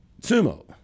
sumo